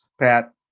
Pat